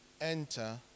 enter